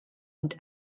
und